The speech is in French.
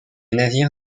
navire